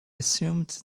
assumed